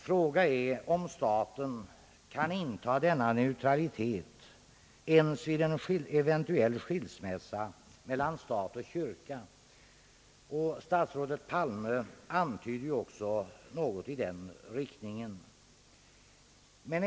Fråga är om staten kan inta denna neutralitet ens vid en eventuell skilsmässa mellan stat och kyrka. Statsrådet Palme antydde också något i den riktningen.